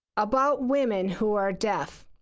about women who are deaf.